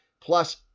plus